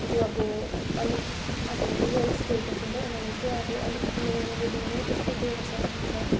जुन अब अलिक अब रोएल स्टेटास हुन्छ उनीहरूले चाहिँ अब अलिक लोनहरू दिने त्यस्तो व्यवसायहरू छ